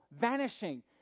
vanishing